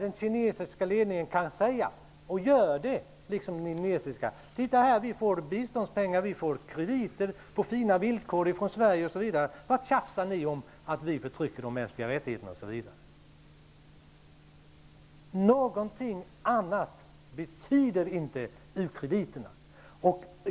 Den kinesiska ledningen kan säga, och gör det, liksom den indonesiska: Titta, här får vi biståndspengar, vi får krediter på fina villkor från Sverige. Vad tjafsar ni om att vi förtrycker de mänskliga rättigheterna? Någonting annat betyder inte u-krediterna.